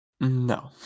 No